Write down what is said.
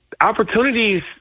opportunities